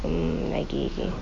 mm lagi